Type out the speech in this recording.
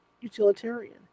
utilitarian